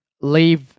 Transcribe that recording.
leave